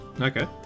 Okay